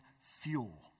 fuel